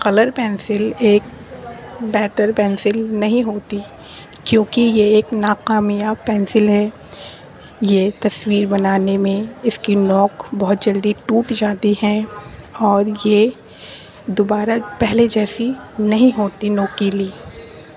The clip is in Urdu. کلر پنسل ایک بہتر پنسل نہیں ہوتی کیونکہ یہ ایک ناکامیاب پنسل ہے یہ تصویر بنانے میں اس کی نوک بہت جلدی ٹوٹ جاتی ہے اور یہ دوبارہ پہلے جیسی نہیں ہوتی نوکیلی